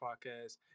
podcast